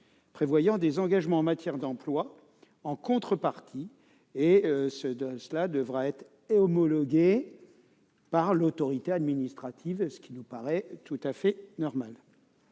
comporter des engagements en matière d'emploi en contrepartie des aides reçues ; il devra être homologué par l'autorité administrative, ce qui nous paraît tout à fait normal.